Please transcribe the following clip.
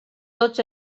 tots